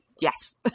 yes